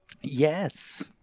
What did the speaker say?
Yes